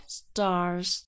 stars